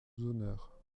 honneurs